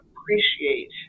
appreciate